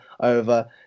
over